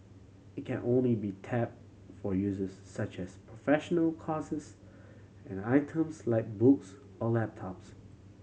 it can only be tap for uses such as professional courses and items like books or laptops